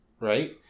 right